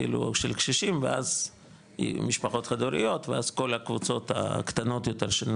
כאילו של קשישים ואז משפחות חד-הוריות ואז כל הקבוצות הקטנות יותר.